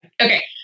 Okay